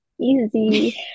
easy